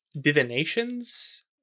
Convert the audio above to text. divinations